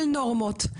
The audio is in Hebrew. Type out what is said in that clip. של נורמות,